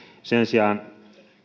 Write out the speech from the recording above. sen sijaan